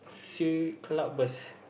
sea club burst